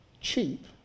cheap